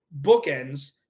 bookends